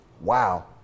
wow